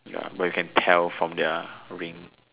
ya but you can tell from their ring